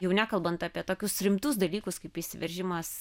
jau nekalbant apie tokius rimtus dalykus kaip įsiveržimas